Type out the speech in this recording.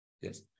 Yes